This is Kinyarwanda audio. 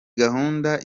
gahunda